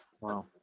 Wow